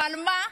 אבל מה?